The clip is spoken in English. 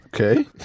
Okay